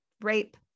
rape